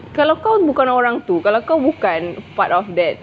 kalau kau bukan orang tu kalau kau bukan part of that